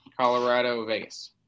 Colorado-Vegas